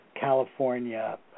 California